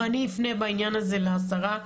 אני פנה בעניין הזה לשרה,